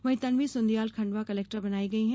वहीं तनवी सुंदीयाल खंडवा कलेक्टर बनाई गई हैं